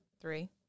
three